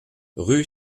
rue